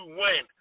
win